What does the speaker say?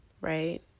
right